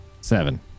Seven